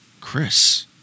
Chris